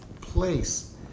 place